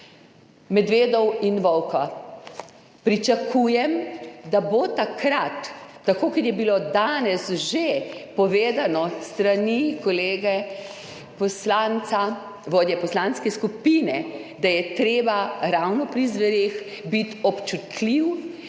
medvedov in volkov. Pričakujem, da bo takrat, tako kot je bilo danes že povedano s strani kolega poslanca, vodje poslanske skupine, da je treba ravno pri zvereh biti občutljiv